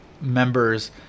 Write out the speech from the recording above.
member's